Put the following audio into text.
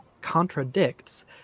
contradicts